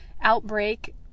outbreak